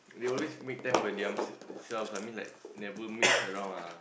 they always make time for them~ themselves I mean like never mix around ah